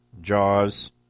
Jaws